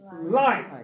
life